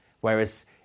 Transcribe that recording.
Whereas